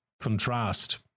contrast